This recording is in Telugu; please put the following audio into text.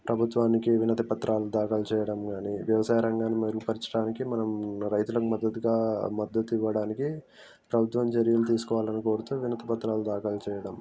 ప్రభుత్వానికి వినతిపత్రాలు దాఖలు చేయడం కానీ వ్యవసాయ రంగాన్ని మెరుగుపరచడానికి మనం రైతులకు మద్దతుగా మద్దతు ఇవ్వడానికి ప్రభుత్వం చర్యలు తీసుకోవాలని కోరుతూ వినతిపత్రాలు దాఖలు చేయడం